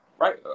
Right